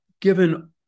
given